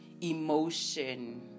emotion